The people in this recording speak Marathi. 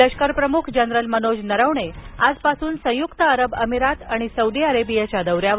लष्करप्रमुख जनरल मनोज नरवणे आजपासून संयुक्त अरब अमिरात आणि सौदी अरेबियाच्या दौऱ्यावर